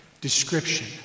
description